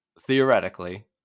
theoretically